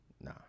Nah